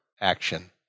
Action